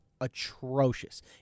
atrocious